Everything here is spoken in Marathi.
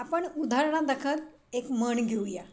आपण उदाहरणादाखल एक म्हण घेऊया